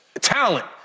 talent